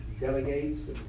delegates